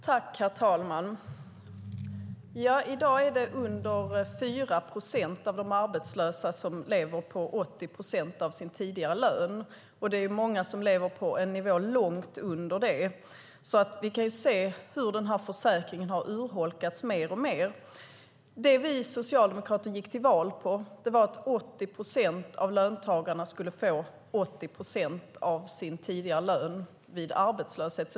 Herr talman! I dag är det mindre än 4 procent av de arbetslösa som lever på 80 procent av sin tidigare lön, och många lever på en nivå långt under det. Vi kan alltså se hur den här försäkringen mer och mer har urholkats. Det vi socialdemokrater gick till val på var att 80 procent av löntagarna skulle få 80 procent av sin tidigare lön vid arbetslöshet.